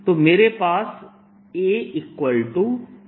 तो मेरे पास ABxy है